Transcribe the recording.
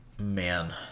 Man